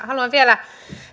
haluan vielä